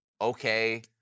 okay